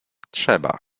trzeba